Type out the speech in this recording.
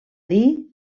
dir